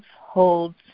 Holds